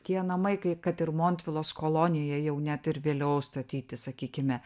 tie namai kai kad ir montvilos kolonija jau net ir vėliau statyti sakykime